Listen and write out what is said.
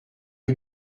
rue